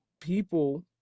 people